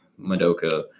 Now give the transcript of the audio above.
Madoka